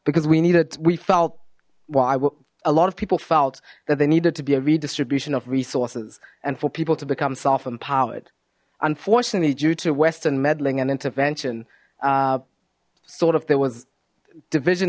because we needed we felt well a lot of people felt that they needed to be a redistribution of resources and for people to become self empowered unfortunately due to western meddling and intervention sort of there was division